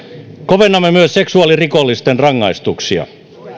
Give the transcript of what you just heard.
kovennamme myös seksuaalirikollisten rangaistuksia